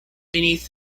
beneath